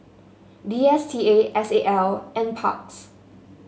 D S T A S A L NParks